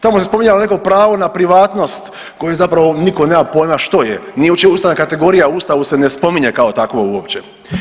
Tamo se spominjalo neko pravo na privatnost koju zapravo nitko nema pojma što je, nije uopće ustavna kategorija, u Ustavu se ne spominje kao takvo uopće.